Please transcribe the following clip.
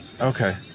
Okay